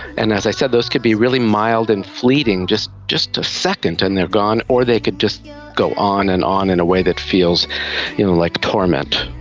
and as i said, those could be really mild and fleeting, just just a second and they're gone, or they could just go on and on in a way that feels you know like tournament.